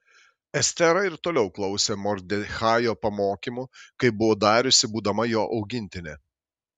estera ir toliau klausė mordechajo pamokymų kaip buvo dariusi būdama jo augintinė